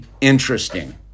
interesting